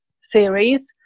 series